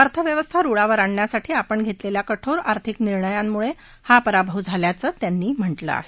अर्थव्यवस्था रुळावर आणण्यासाठी आपण घेतलेल्या कठोर आर्थिक निर्णयामुळे हा पराभव झाल्याचं त्यांनी म्हटलं आहे